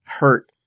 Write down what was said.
Hurt